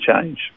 change